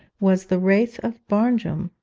was the wraith of barnjum!